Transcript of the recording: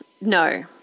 no